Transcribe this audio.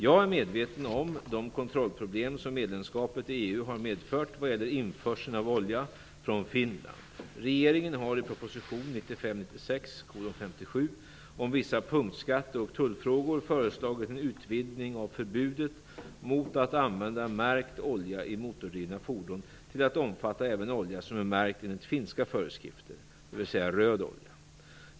Jag är medveten om de kontrollproblem som medlemskapet i EU har medfört vad gäller införseln av olja från Finland. Regeringen har i prop. 1995/96:57 om vissa punktskatte och tullfrågor föreslagit en utvidgning av förbudet mot att använda märkt olja i motordrivna fordon till att omfatta även olja som är märkt enligt finska föreskrifter, dvs. röd olja.